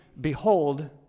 behold